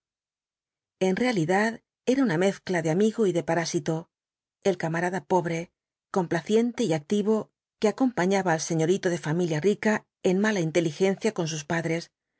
en realidad era una mezcla de amigo y de parásito el camarada pobre complaciente y activo que acompaña al señorito de familia rica en mala inteligencia con sus padres